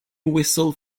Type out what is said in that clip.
whistle